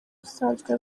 usanzwe